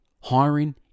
hiring